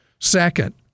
Second